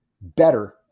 better